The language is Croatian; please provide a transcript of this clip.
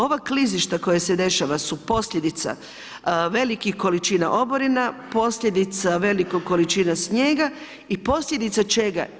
Ova klizišta koja se dešavaju, su posljedica velikih količina oborina, posljedica velikih količina snijega i posljedica čega?